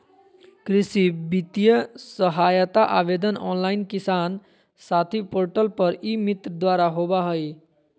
कृषि वित्तीय सहायता आवेदन ऑनलाइन किसान साथी पोर्टल पर ई मित्र द्वारा होबा हइ